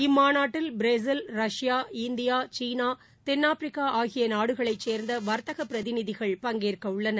இம்மாநாட்டில் Brazil Russia India China தென்னாப்பிரிக்காஆகியநாடுகளைச் சேர்ந்தவர்த்தகப் பிரதிநிதிகள் பங்கேற்கஉள்ளனர்